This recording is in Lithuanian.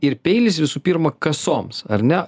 ir peilis visų pirma kasoms ar ne